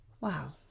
Wow